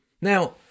Now